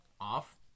off